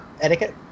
etiquette